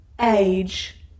age